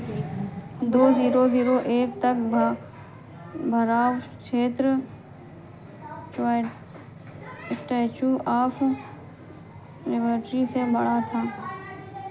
दो zero zero एक तक भ भराव क्षेत्र त्यो स्टैच्यू ऑफ लिबर्टी से बड़ा था